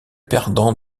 perdant